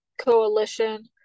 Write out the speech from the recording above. coalition